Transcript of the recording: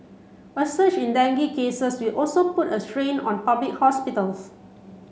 a surge in dengue cases will also put a strain on public hospitals